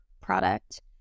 product